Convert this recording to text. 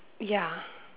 ya